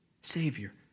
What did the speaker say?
Savior